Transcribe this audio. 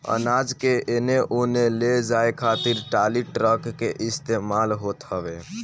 अनाज के एने ओने ले जाए खातिर टाली, ट्रक के इस्तेमाल होत हवे